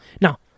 Now